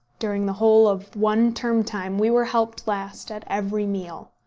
during the whole of one term-time we were helped last at every meal.